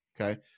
okay